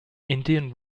indian